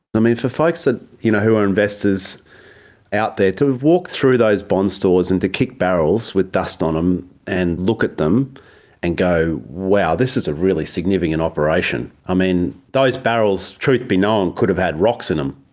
mean, for folks ah you know who are investors out there, to have walked through those bonds stores and to kick barrels with dust on them um and look at them and go, wow, this is a really significant operation, i mean, those barrels, truth be known, could have had rocks in them.